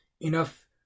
enough